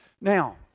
Now